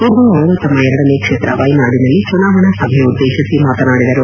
ಇಂದು ಅವರು ತಮ್ನ ಎರಡನೇ ಕ್ಷೇತ್ರ ವಯನಾಡಿನಲ್ಲಿ ಚುನಾವಣಾ ಸಭೆ ಉದ್ದೇಶಿಸಿ ಮಾತನಾಡಿದರು